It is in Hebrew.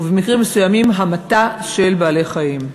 ובמקרים מסוימים המתה של בעלי-חיים,